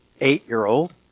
eight-year-old